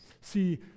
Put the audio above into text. See